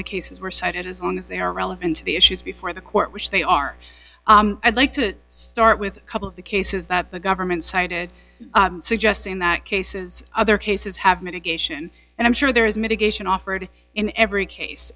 the cases were cited as long as they are relevant to the issues before the court which they are and like to start with a couple of the cases that the government cited suggesting that cases other cases have mitigation and i'm sure there is mitigation offered in every case